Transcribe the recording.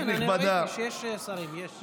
ראיתי שיש שרים, יש.